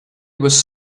was